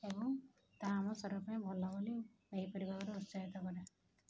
ଏବଂ ତାହା ଆମ ଶରୀର ପାଇଁ ଭଲ ବୋଲି ନେଇପାରିବା ଉତ୍ସାହିତ କରିବା